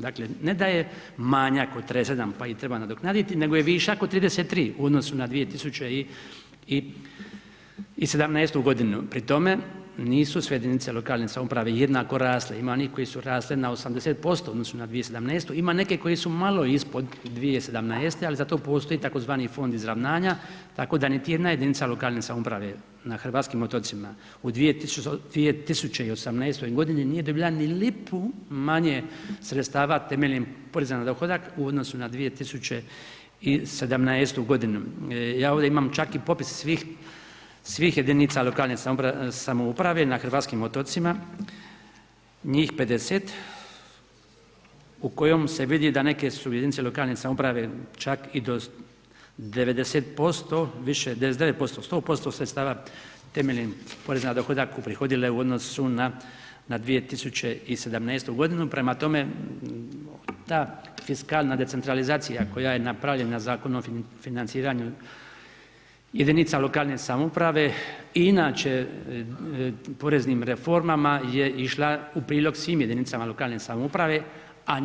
Dakle, ne da je manjak od 37 koje treba nadoknaditi nego je višak od 33 u odnosu na 2017. g., pri tome nisu sve jedinice lokalne samouprave jednako rasle, ima onih koje su rasle na 80% u odnosu na 2017., ima neke koje su malo ispod 2017. ali zato postoji tzv. fond izravnanja tako da niti jedna jedinica lokalne samouprave na hrvatskim otocima u 2018. g. nije dobila ni lipu manje sredstava temeljem poreza na dohodak u odnosu na 2017. g. Ja ovdje imam čak i popis jedinica lokalne samouprave na hrvatskim otocima, njih 50 u kojem se vidi da neke su jedinice lokalne samouprave čak i 90% više, 99%, 100% sredstava temeljem poreza na dohodak uprihodile u odnosu na 2017. g. Prema tome, ta fiskalna decentralizacija koja je napravljena Zakonom o financiranju jedinica lokalne samouprave inače poreznim reformama je išla u prilog svim jedinicama lokalne samouprave a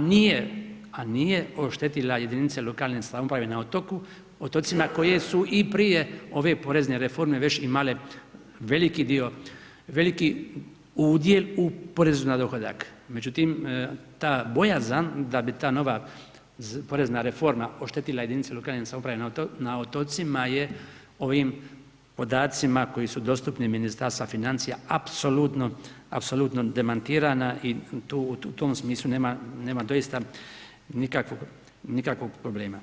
nije oštetila jedinica lokalne samouprave na otocima koji su i prije ove porezne reforme već imale veliki dio, veliki udjel u porezu na dohodak, međutim ta bojazan da bi ta nova porezna reforma oštetila jedinice lokalne samouprave na otocima je ovim podacima koji su dostupni Ministarstva financija apsolutno demantirana i u tom smislu nema doista nikakvog problema.